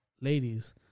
ladies